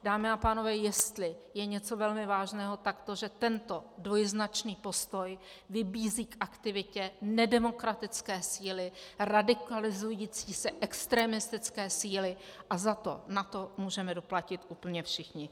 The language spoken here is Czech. Dámy a pánové, jestli je něco velmi vážného, tak to, že tento dvojznačný postoj vybízí k aktivitě nedemokratické síly a radikalizující se extremistické síly a za to na to můžeme doplatit úplně všichni.